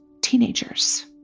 teenagers